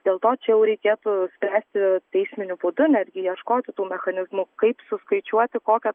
dėl to čia jau reikėtų spręsti teisminiu būdu netgi ieškoti tų mechanizmų kaip suskaičiuoti kokią